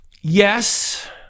Yes